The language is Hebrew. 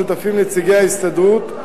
שבו שותפים נציגי ההסתדרות,